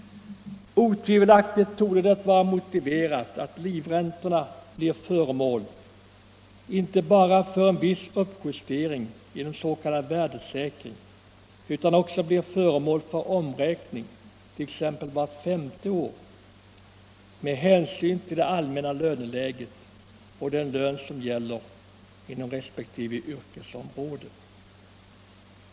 Otvivelaktigt torde det vara motiverat att livräntorna blir föremål för inte bara en viss uppjustering genom en s.k. värdesäkring, utan också för en omräkning t.ex. vart femte år, med hänsyn till det allmänna löneläget och den lön som gäller inom resp. yrkesområde.